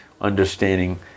understanding